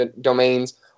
domains